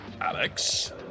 Alex